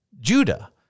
Judah